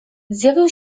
zjawił